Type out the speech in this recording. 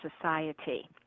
society